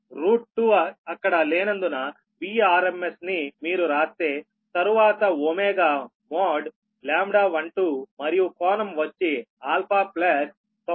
2 అక్కడ లేనందున Vrms ని మీరు రాస్తే తరువాత మోడ్ λ12 మరియు కోణం వచ్చిα900